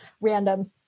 random